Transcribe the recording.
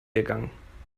gegangen